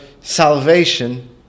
salvation